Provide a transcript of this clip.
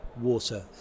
water